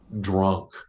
drunk